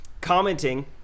Commenting